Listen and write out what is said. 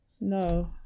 no